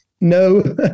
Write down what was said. no